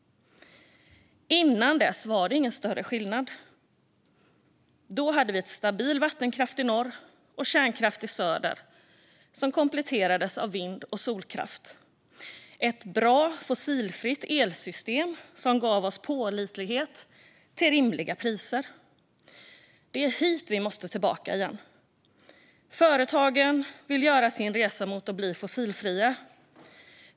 Innan dess var det ingen större skillnad. Då hade vi stabil vattenkraft i norr och kärnkraft i söder som kompletterades av vind och solkraft. Det var ett bra fossilfritt elsystem som gav oss pålitlighet till rimliga priser. Det är hit vi måste tillbaka igen. Företagen vill göra sin resa mot att bli fossilfria.